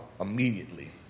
immediately